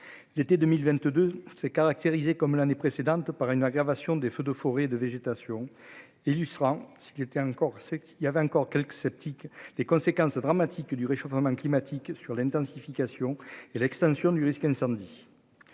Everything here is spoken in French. L'été 2022 s'est caractérisée comme l'année précédente, par une aggravation des feux de forêt et de végétation illustrant ce qui était encore, c'est qu'il y avait encore quelques sceptiques les conséquences dramatiques du réchauffement climatique sur l'intensification et l'extension du risque incendie